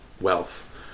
wealth